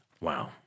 Wow